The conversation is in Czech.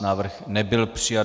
Návrh nebyl přijat.